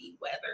weather